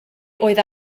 oedd